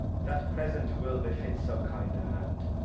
that present will befit so kind a hand.